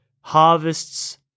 harvests